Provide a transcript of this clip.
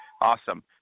Awesome